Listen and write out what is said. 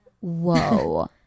Whoa